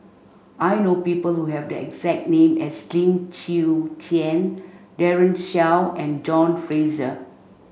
I know people who have the exact name as Lim Chwee Chian Daren Shiau and John Fraser